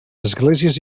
esglésies